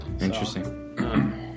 interesting